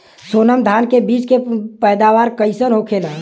सोनम धान के बिज के पैदावार कइसन होखेला?